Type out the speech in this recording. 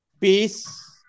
peace